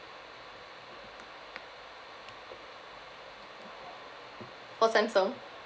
all samsung